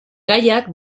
gaiak